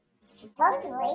supposedly